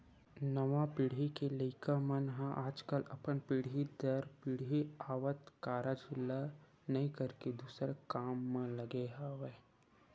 नवा पीढ़ी के लइका मन ह आजकल अपन पीढ़ी दर पीढ़ी आवत कारज ल नइ करके दूसर काम म लगे हवय